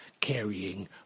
carrying